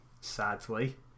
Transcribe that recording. sadly